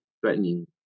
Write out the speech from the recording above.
threatening